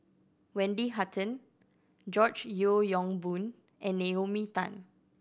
Wendy Hutton George Yeo Yong Boon and Naomi Tan